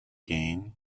gain